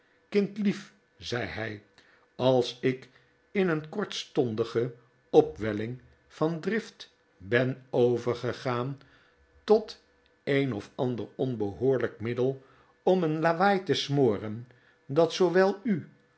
kindlief zei hij als ik in een kortstondige opwelling van drift ben overgegaan tot een of ander onbehoorlijk middel om een lawaai te smoren dat zoowel u